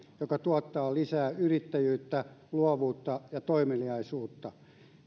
joka tuottaa lisää yrittäjyyttä luovuutta ja toimeliaisuutta